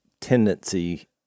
tendency